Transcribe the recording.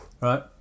Right